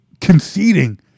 conceding